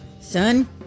son